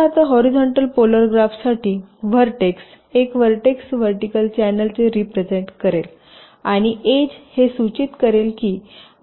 उदाहरणार्थ horizontal polar graph साठी vertex एक व्हर्टेक्स व्हर्टिकल चॅनेलचे रिप्रेझेन्ट करेल आणि एज हे सूचित करेल की